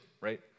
right